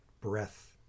breath